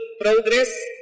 Progress